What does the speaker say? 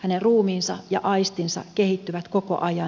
hänen ruumiinsa ja aistinsa kehittyvät koko ajan